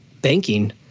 banking